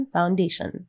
Foundation